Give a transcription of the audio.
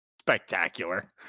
spectacular